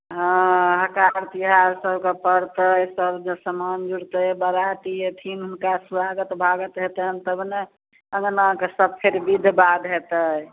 हँ पाबनि तिहार सब पड़तै सब जे समान जुड़तै बाराती अयथिन हुनका स्वागत बागत हेतैनि तब ने तबे ने अहाँके सब चीज विध वाध हेतै